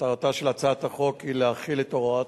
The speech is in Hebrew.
מטרתה של הצעת החוק היא להחיל את הוראת